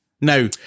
Now